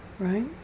Right